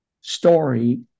story